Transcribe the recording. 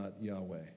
Yahweh